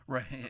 Right